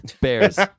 Bears